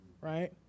Right